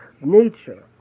nature